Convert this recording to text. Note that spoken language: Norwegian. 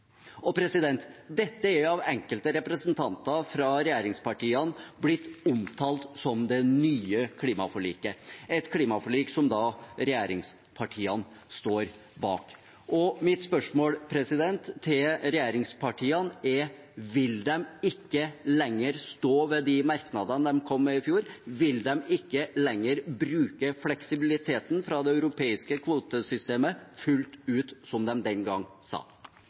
Dette er av enkelte representanter fra regjeringspartiene blitt omtalt som det nye klimaforliket, et klimaforlik som da regjeringspartiene står bak. Mitt spørsmål til regjeringspartiene er: Vil de ikke lenger stå ved de merknadene de kom med i fjor? Vil de ikke lenger bruke fleksibiliteten fra det europeiske kvotesystemet fullt ut, som de den gang sa?